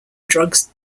drugs